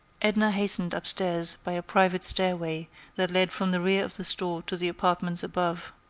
edna hastened upstairs by a private stairway that led from the rear of the store to the apartments above.